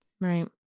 right